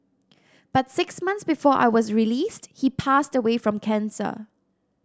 but six months before I was released he passed away from cancer